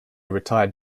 retired